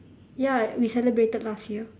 ya we celebrated last year